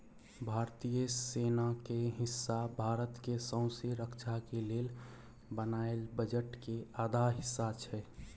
भारतीय सेना के हिस्सा भारत के सौँसे रक्षा के लेल बनायल बजट के आधा हिस्सा छै